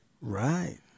right